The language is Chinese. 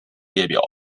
列表